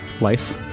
life